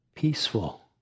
peaceful